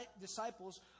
disciples